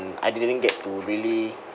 I didn't get to really